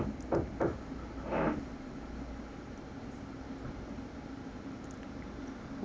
mm